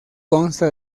consta